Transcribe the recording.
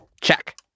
Check